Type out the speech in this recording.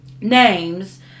names